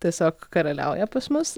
tiesiog karaliauja pas mus